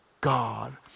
God